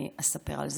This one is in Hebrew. אני אספר על זה.